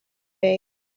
days